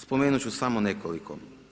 Spomenut ću samo nekoliko.